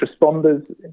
responders